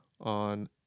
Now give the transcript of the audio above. on